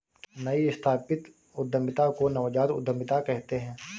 नई स्थापित उद्यमिता को नवजात उद्दमिता कहते हैं